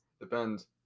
Depends